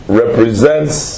represents